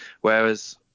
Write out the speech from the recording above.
Whereas